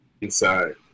inside